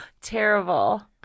Terrible